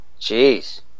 jeez